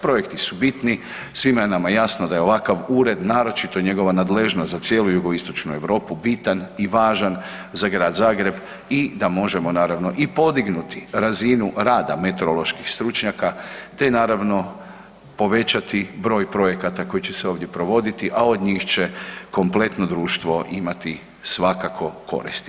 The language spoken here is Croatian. Projekti su bitni, svima je nama jasno da je ovakav ured naročito njegova nadležnost za cijelu jugoistočnu Europu bitan i važan za Grad Zagreb i da možemo naravno i podignuti razinu rada meteoroloških stručnjaka, te naravno povećati broj projekata koji će se ovdje provoditi, a od njih će kompletno društvo imati svakako koristi.